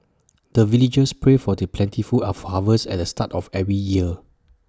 the villagers pray for the plentiful of harvest at the start of every year